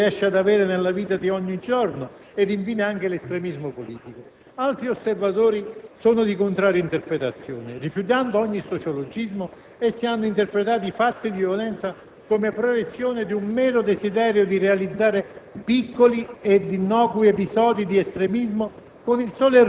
l'esaltazione della bandiera calcistica per un protagonismo che non si riesce ad avere nella vita di ogni giorno ed, infine, anche l'estremismo politico. Altri osservatori sono di contraria interpretazione. Rifiutando ogni sociologismo, essi hanno interpretato i fatti di violenza come proiezione di un mero desiderio di realizzare